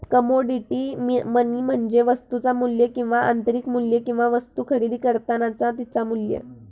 commodity money म्हणजे वस्तुचा मू्ल्य किंवा आंतरिक मू्ल्य किंवा वस्तु खरेदी करतानाचा तिचा मू्ल्य